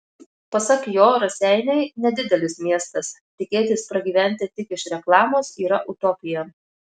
pasak jo raseiniai nedidelis miestas tikėtis pragyventi tik iš reklamos yra utopija